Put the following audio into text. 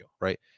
right